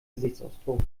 gesichtsausdruck